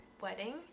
wedding